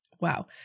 Wow